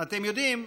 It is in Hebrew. אתם יודעים,